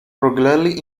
regularly